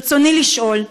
ברצוני לשאול: